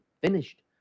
finished